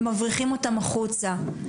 ומבריחים אותם החוצה.